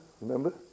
remember